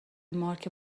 مارک